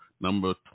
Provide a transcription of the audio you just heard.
number